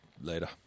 Later